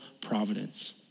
providence